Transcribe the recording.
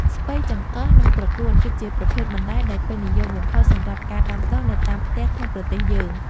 ស្ពៃចង្កឹះ និងត្រកួនគឺជាប្រភេទបន្លែដែលពេញនិយមបំផុតសម្រាប់ការដាំដុះនៅតាមផ្ទះក្នុងប្រទេសយើង។